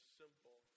simple